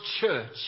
church